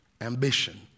ambition